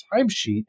timesheet